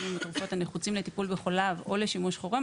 בסמים ובתרופות הנחוצים לטיפול בחוליו או לשימוש חירום,